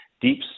deep